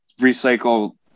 recycle